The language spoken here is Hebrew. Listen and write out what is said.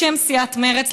בשם סיעת מרצ,